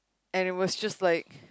and it was just like